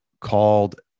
called